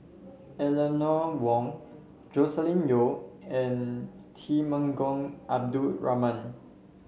Eleanor Wong Joscelin Yeo and Temenggong Abdul Rahman